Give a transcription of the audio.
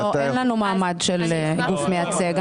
לא, אין לנו מעמד של גוף מייצג.